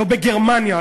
לא בגרמניה,